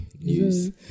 news